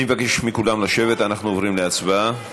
אני מבקש מכולם לשבת, אנחנו עוברים להצבעה.